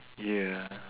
ya